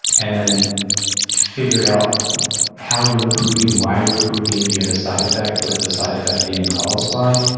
and then figure out how you're improving, why you're improving, if you have a side effect, what is the side effect being caused by?